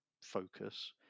focus